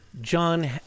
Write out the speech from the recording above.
John